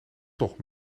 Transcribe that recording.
toch